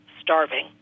starving